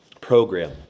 program